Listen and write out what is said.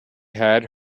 had